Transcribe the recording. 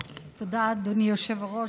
תודה, אדוני היושב-ראש.